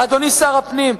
אדוני שר הפנים,